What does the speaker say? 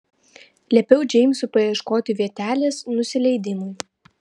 liepiau džeimsui paieškoti vietelės nusileidimui